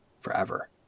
forever